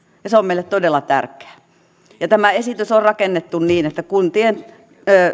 ja se on meille todella tärkeää tämä esitys on rakennettu niin että kuntien